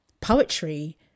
poetry